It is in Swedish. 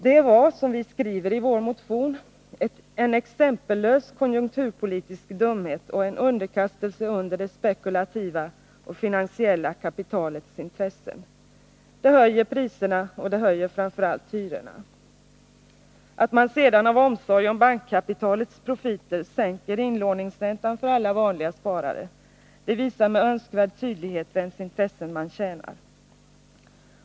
Den var, som vi skriver i vår motion, en exempellös konjunkturpolitisk dumhet och en underkastelse under det spekulativa och finansiella kapitalets intressen. Den höjer priserna och den höjer framför allt hyrorna. Att man sedan av omsorg om bankkapitalets profiter sänker inlåningsräntan för alla vanliga sparare, det visar med önskvärd tydlighet vems intressen man tjänar.